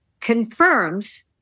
confirms